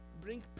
bring